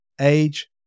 age